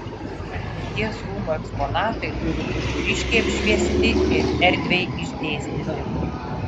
atminties rūmų eksponatai turi būti ryškiai apšviesti ir erdviai išdėstyti